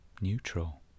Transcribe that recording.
neutral